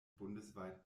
bundesweit